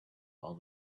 all